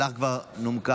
שלך כבר נומקה.